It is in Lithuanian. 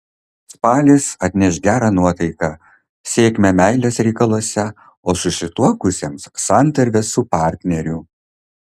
spalis atneš gerą nuotaiką sėkmę meilės reikaluose o susituokusiems santarvę su partneriu